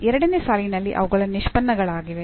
ಎರಡನೇ ಸಾಲಿನಲ್ಲಿ ಅವುಗಳ ನಿಷ್ಪನ್ನಗಳಿವೆ